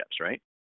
right